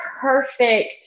perfect